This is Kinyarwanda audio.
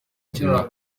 ukina